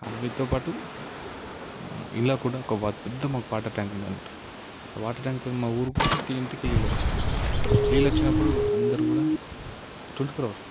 వాటితో పాటు ఇలాగా కూడా ఒక పెద్ద మాకు వాటర్ ట్యాంక్ ఉండేది అన్నట్టు ఆ వాటర్ ట్యాంక్తో మా ఊరు ప్రతీ ఇంటికి నీళ్ళు వస్తాయి నీళ్ళు వచ్చినపుడు అందరు కూడా ట్వంటీ ఫోర్ అవర్స్